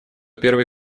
первый